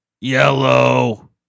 yellow